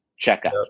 checkout